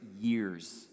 years